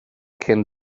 cyn